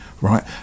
right